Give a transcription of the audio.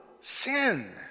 sin